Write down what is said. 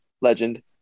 legend